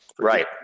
Right